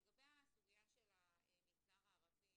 לגבי הסוגיה של המגזר הערבי.